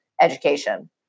education